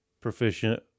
proficient